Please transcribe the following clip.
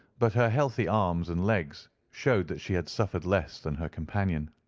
but her healthy arms and legs showed that she had suffered less than her companion.